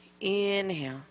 Inhale